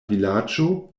vilaĝo